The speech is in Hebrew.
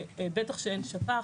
בטח שאין שפ"ח,